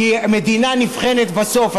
כי מדינה נבחנת בסוף,